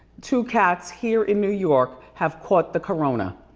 two cats, here in new york have caught the corona.